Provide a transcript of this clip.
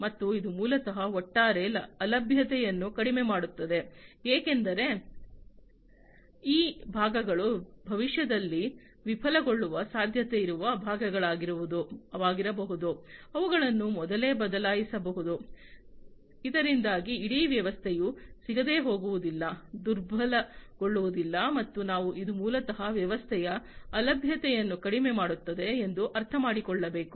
ಮತ್ತು ಇದು ಮೂಲತಃ ಒಟ್ಟಾರೆ ಅಲಭ್ಯತೆಯನ್ನು ಕಡಿಮೆ ಮಾಡುತ್ತದೆ ಏಕೆಂದರೆ ಈ ಭಾಗಗಳು ಭವಿಷ್ಯದಲ್ಲಿ ವಿಫಲಗೊಳ್ಳುವ ಸಾಧ್ಯತೆ ಇರುವ ಭಾಗಗಳಾಗಿರಬಹುದು ಅವುಗಳನ್ನು ಮೊದಲೇ ಬದಲಾಯಿಸಬಹುದು ಇದರಿಂದಾಗಿ ಇಡೀ ವ್ಯವಸ್ಥೆಯು ಸಿಗದೇ ಹೋಗುವುದಿಲ್ಲ ದುರ್ಬಲಗೊಳ್ಳುವುದಿಲ್ಲ ಮತ್ತು ನಾವು ಇದು ಮೂಲತಃ ವ್ಯವಸ್ಥೆಯ ಅಲಭ್ಯತೆಯನ್ನು ಕಡಿಮೆ ಮಾಡುತ್ತದೆ ಎಂದು ಅರ್ಥಮಾಡಿಕೊಳ್ಳಬಹುದು